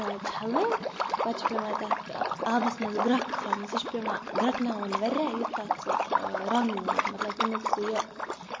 پَتہٕ چھُ پیوان چھَلٕنۍ پَتہٕ چھُ پیوان تَتھ آبَس منٛز گرٮ۪کھ کھالٕنۍ سُہ چھُ پیوان گرٮ۪کناوُن واریاہ یُتھ تَتھ سُہ رَنگ نیرِ مطلب تَمیُک سُہ یہِ